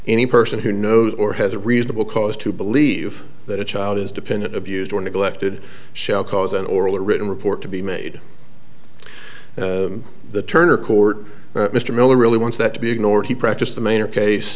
any person who knows or has reasonable cause to believe that a child is dependent abused or neglected shall cause an oral or written report to be made the turner court mr miller really wants that to be ignored he practiced the minor case